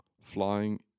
flying